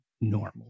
normal